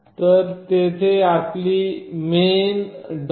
तर हे येथे आपली main